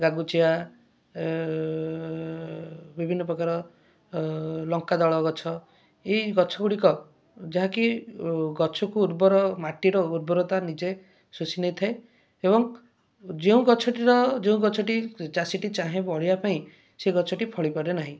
ଗାଗୁଚିଆ ବିଭିନ୍ନ ପ୍ରକାର ଲଙ୍କା ଦଳ ଗଛ ଏଇ ଗଛଗୁଡ଼ିକ ଯାହାକି ଗଛକୁ ଉର୍ବର ମାଟିର ଉର୍ବରତା ନିଜେ ଶୋଷି ନେଇଥାଏ ଏବଂ ଯେଉଁ ଗଛଟିର ଯେଉଁ ଗଛଟି ଚାଷୀଟି ଚାହେଁ ବଢ଼େଇବା ପାଇଁ ସେ ଗଛଟି ଫଳି ପାରେ ନାହିଁ